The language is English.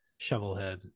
Shovelhead